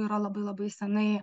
yra labai labai senai